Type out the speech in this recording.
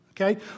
Okay